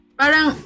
parang